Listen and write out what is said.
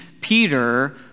Peter